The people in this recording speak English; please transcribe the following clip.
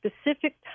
Specific